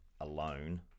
alone